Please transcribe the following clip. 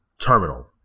terminal